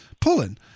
pulling